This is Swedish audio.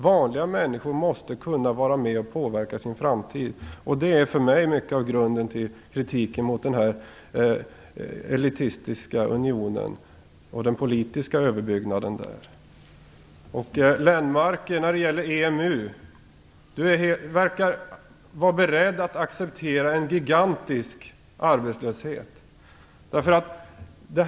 Vanliga människor måste kunna vara med och påverka sin framtid, och det är för mig mycket av grunden till kritiken mot den här elitistiska unionen och dess politiska överbyggnad. När det gäller EMU verkar Göran Lennmarker vara beredd att acceptera en gigantisk arbetslöshet.